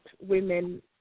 women